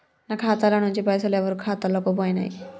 నా ఖాతా ల నుంచి పైసలు ఎవరు ఖాతాలకు పోయినయ్?